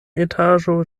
etaĝo